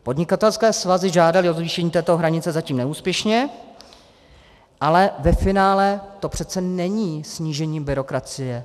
Podnikatelské svazy žádaly o zvýšení této hranice zatím neúspěšně, ale ve finále to přece není snížení byrokracie.